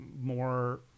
more